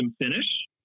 finish